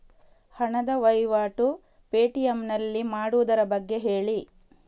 ಹಣದ ವಹಿವಾಟು ಪೇ.ಟಿ.ಎಂ ನಲ್ಲಿ ಮಾಡುವುದರ ಬಗ್ಗೆ ಹೇಳಿ